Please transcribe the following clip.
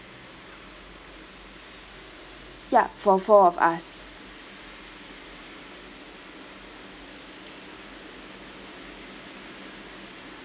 ya for four of us